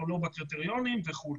הוא לא בקריטריונים וכולי.